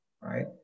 right